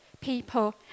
people